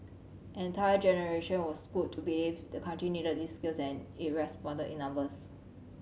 an entire generation was schooled to believe the country needed these skills and it responded in numbers